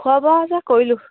খোৱা বোৱা যে কৰিলোঁ